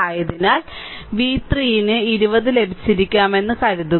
അതിനാൽ v 3 ന് 20 ലഭിച്ചിരിക്കാമെന്ന് കരുതുക